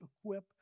equip